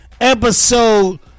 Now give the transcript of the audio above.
episode